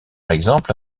exemple